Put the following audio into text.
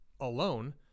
alone